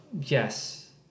Yes